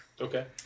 Okay